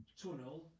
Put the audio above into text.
tunnel